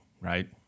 Right